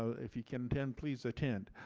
if you can then please attend.